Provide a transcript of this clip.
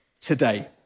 today